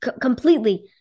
completely